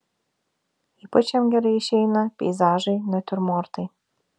ypač jam gerai išeina peizažai natiurmortai